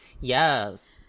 Yes